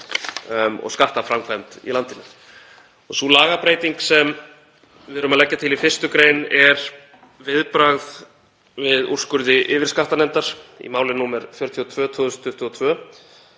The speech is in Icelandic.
og skattaframkvæmd í landinu. Sú lagabreyting sem við erum að leggja til í 1. gr. er viðbragð við úrskurði yfirskattanefndar í máli nr. 42/2022.